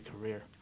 career